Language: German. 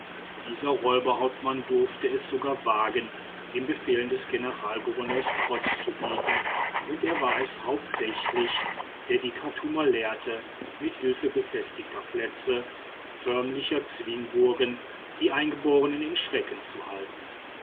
dieser räuberhauptmann durfte es sogar wagen den befehlen des generalgouverneurs trotz zu bieten und er war es hauptsächlich der die chartumer lehrte mit hilfe befestigter plätze förmlicher zwingburgen die eingeborenen in schrecken zu halten